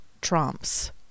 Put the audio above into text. trumps